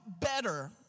better